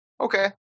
Okay